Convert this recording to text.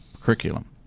curriculum